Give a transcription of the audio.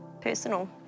personal